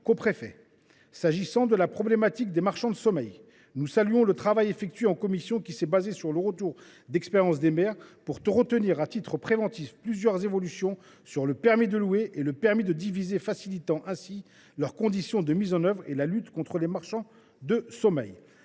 S’agissant de la problématique des marchands de sommeil, nous saluons le travail effectué en commission. Celle ci s’est fondée sur le retour d’expérience des maires pour retenir, à titre préventif, plusieurs évolutions sur le permis de louer et le permis de diviser, facilitant ainsi leurs conditions de mise en œuvre et la lutte contre ces marchands de sommeil.